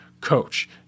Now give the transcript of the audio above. coach